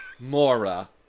Mora